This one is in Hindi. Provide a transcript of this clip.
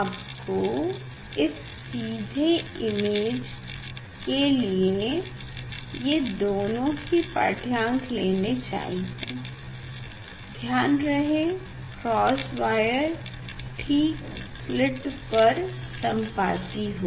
आपको इस सीधे इमेज के लिए ये दोनों ही पाढ़यांक लेने होंगे ध्यान रहे क्रॉस वायर ठीक स्लिट पर संपाती हो